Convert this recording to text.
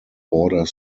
border